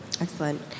Excellent